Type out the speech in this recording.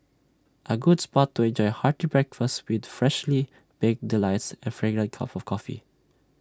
A good spot to enjoy hearty breakfast with freshly baked delights and fragrant cup of coffee